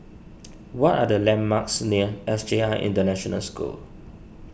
what are the landmarks near S J I International School